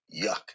yuck